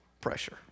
pressure